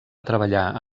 treballar